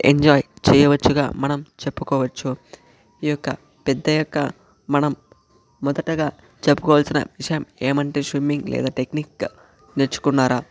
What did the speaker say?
enjoy చేయవచ్చుగా మనం చెప్పుకోవచ్చు ఈ యొక్క పెద్దయ్యాక మనం మొదటగా చెప్పుకోవాల్సిన విషయం ఏమంటే స్విమ్మింగ్ లేదా టెక్నిక్ నేర్చుకున్నారా